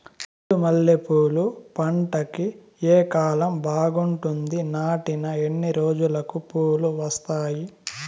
చెండు మల్లె పూలు పంట కి ఏ కాలం బాగుంటుంది నాటిన ఎన్ని రోజులకు పూలు వస్తాయి